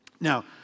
Now